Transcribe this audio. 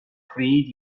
pryd